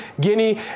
Guinea